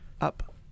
Up